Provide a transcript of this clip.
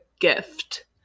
gift